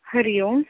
Hari Om